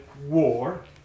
war